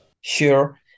Sure